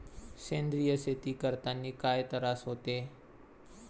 सेंद्रिय शेती करतांनी काय तरास होते?